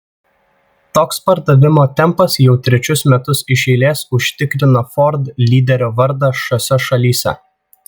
toks pardavimo tempas jau trečius metus iš eilės užtikrina ford lyderio vardą šiose šalyse